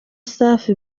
safi